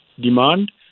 demand